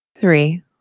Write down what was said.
Three